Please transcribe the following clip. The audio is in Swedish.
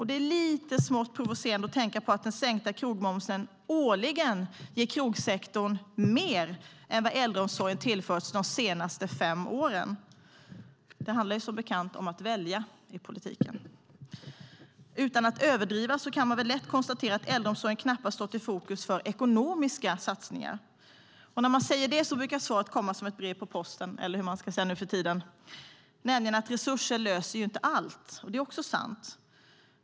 Det är lite smått provocerande att tänka på att den sänkta krogmomsen årligen ger krogsektorn mer än vad äldreomsorgen har tillförts under de senaste fem åren. Det handlar som bekant om att välja i politiken. Utan att överdriva kan man lätt konstatera att äldreomsorgen knappast har stått i fokus för ekonomiska satsningar. När man säger det brukar svaret komma som ett brev på posten, eller hur man ska säga nu för tiden, nämligen att resurser inte löser allt. Det är också sant.